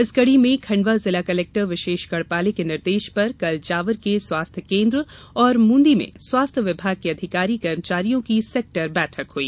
इस कड़ी में खण्डवा जिला कलेक्टर विशेष गढ़पाले के निर्देश पर कल जावर के स्वास्थ्य केन्द्र और मून्दी में स्वास्थ्य विभाग के अधिकारी कर्मचारियों की सेक्टर बैठक हई